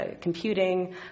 computing